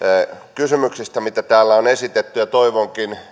kysymyksistä mitä täällä on esitetty ja toivonkin